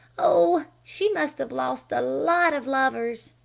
oh she must have lost a lot of lovers,